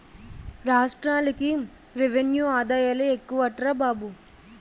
రాష్ట్రాలకి రెవెన్యూ ఆదాయాలే ఎక్కువట్రా బాబు